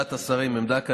ועדת השרים עמדה כנדרש,